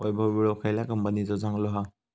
वैभव विळो खयल्या कंपनीचो चांगलो हा?